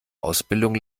ausbildung